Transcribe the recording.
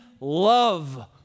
love